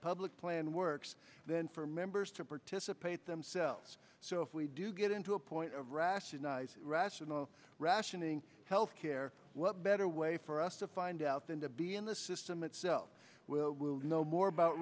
public plan works then for members to participate themselves so if we do get into a point of rationalize rational rationing health care what better way for us to find out than to be in the system itself will know more about